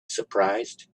surprised